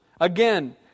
Again